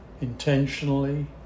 intentionally